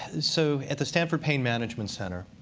so at the stanford pain management center,